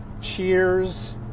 Cheers